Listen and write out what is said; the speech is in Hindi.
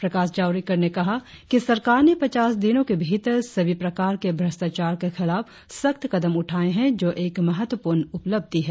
प्रकाश जावड़ेकर ने कहा कि सरकार ने पचास दिनों के भीतर सभी प्रकार के न्रष्टाचार के खिलाफ सख्त कदम उठाये हैं जो एक महत्वपूर्ण उपलब्धि है